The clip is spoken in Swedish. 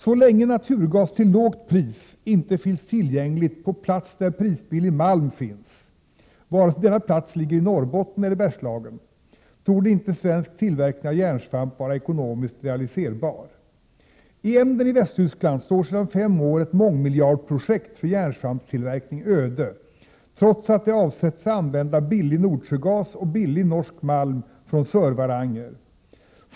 Så länge naturgas till lågt pris inte finns tillgänglig på plats där prisbillig malm finns — vare sig denna plats ligger i Norrbotten eller i Bergslagen — torde inte svensk tillverkning av järnsvamp vara ekonomiskt realiserbar. I Emden i Västtyskland står sedan fem år ett mångmiljardprojekt för järnsvamptillverkning öde, trots att det avsetts använda billig Nordsjögas och billig norsk malm från Sörvaranger.